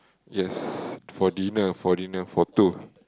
yes for dinner for dinner for two